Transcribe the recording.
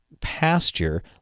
pasture